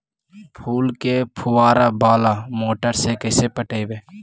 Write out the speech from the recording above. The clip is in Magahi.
फूल के फुवारा बाला मोटर से कैसे पटइबै?